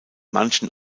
manchen